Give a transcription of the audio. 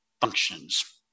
functions